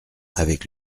avec